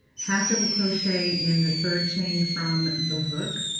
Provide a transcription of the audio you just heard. half double crochet in the third chain from the hook.